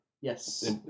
Yes